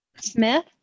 Smith